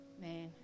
man